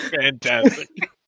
Fantastic